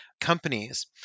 companies